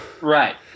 Right